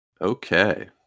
Okay